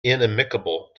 inimicable